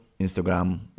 Instagram